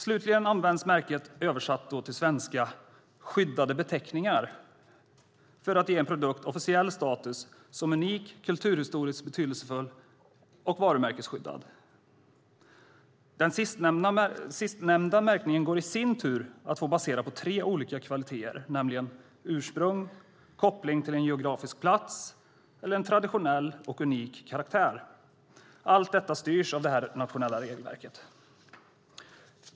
Slutligen används märket - översatt till svenska - "skyddade beteckningar" för att ge en produkt officiell status som unik, kulturhistoriskt betydelsefull och varumärkesskyddad. Den sistnämnda märkningen går i sin tur att få baserad på tre olika kvaliteter, nämligen ursprung, koppling till en geografisk plats eller en traditionell och unik karaktär. Allt detta styrs av ett nationellt regelverk.